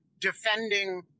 defending